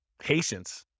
Patience